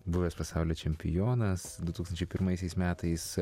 buvęs pasaulio čempionas du tūkstančiai pirmaisiais metais